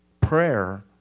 Prayer